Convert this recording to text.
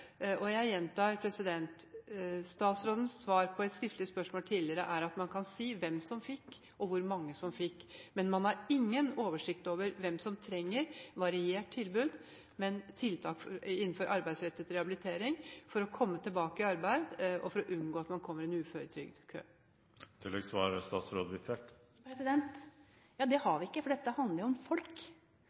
Og jeg gjentar: Statsrådens svar på et skriftlig spørsmål tidligere er at man kan si hvem som fikk, og hvor mange som fikk, men man har ingen oversikt over hvem som trenger variert tilbud innenfor arbeidsrettet rehabilitering for å komme tilbake i arbeid og for å unngå å komme i en uføretrygdkø. Det har vi ikke, for dette handler jo om folk. Det er ikke slik at man har leveringsforpliktelse overfor dem som tilbyr tiltak, for det handler om